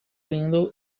window